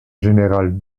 général